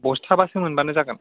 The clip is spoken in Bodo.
बस्थाबासो मोनबानो जागोन